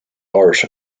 art